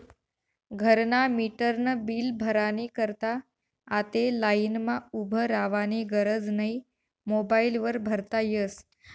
घरना मीटरनं बील भरानी करता आते लाईनमा उभं रावानी गरज नै मोबाईल वर भरता यस